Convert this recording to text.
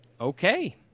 okay